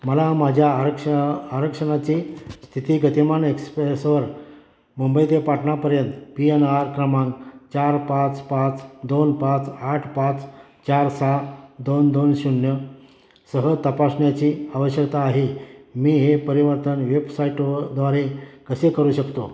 मला माझ्या आरक्ष आरक्षणाची स्थिती गतिमान एक्सप्रेसवर मुंबई ते पाटनापर्यंत पी एन आर क्रमांक चार पाच पाच दोन पाच आठ पाच चार सहा दोन दोन शून्य सह तपासण्याची आवश्यकता आहे मी हे परिवर्तन वेबसाईटद्वारे कसे करू शकतो